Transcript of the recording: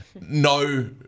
No